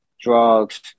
drugs